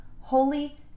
holy